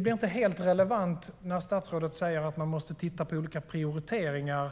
blir inte helt relevant när statsrådet säger att man måste titta på olika prioriteringar.